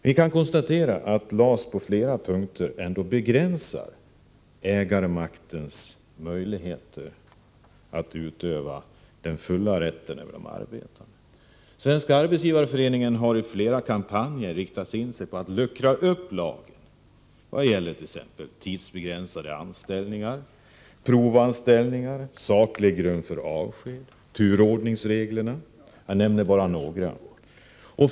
Vi kan konstatera att LAS på flera punkter ändå begränsar ägarmaktens möjligheter att utöva den fulla rätten över de arbetande. Svenska arbetsgivareföreningen har i flera kampanjer riktat in sig på att luckra upp lagen vad gäller tidsbegränsade anställningar, provanställningar, saklig grund för avsked, turordningsreglerna — jag nämner bara några.